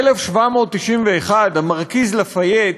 1791 הכריז המרקיז דה לה פאייט,